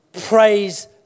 Praise